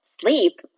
sleep